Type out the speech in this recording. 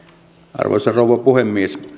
arvoisa rouva puhemies